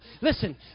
Listen